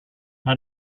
how